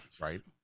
right